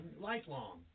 lifelong